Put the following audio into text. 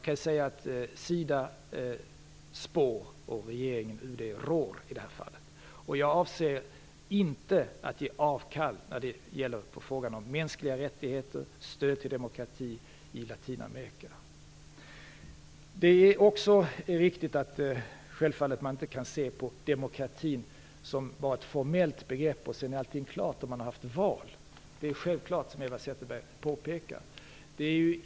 Man kan säga att SIDA spår och regeringen/UD rår i det här fallet. Jag avser inte att ge avkall på frågan om mänskliga rättigheter och stöd till demokrati i Latinamerika. Det är självfallet också riktigt att man inte kan se demokratin bara som ett formellt begrepp och att, som Eva Zetterberg påpekar, allting inte är klart i och med att man haft val.